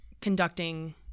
conducting